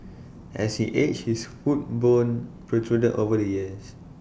as he aged his foot bone protruded over the years